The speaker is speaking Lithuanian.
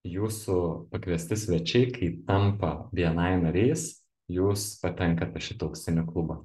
jūsų pakviesti svečiai kai tapma bni nariais jūs patenkat į šitą auksinį klubą